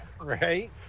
Right